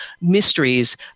mysteries